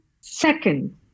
second